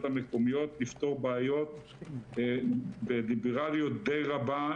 המקומיות לפתור בעיות בליברליות דיי רבה,